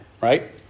right